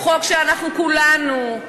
הוא חוק שאנחנו כולנו,